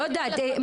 לא יודעת,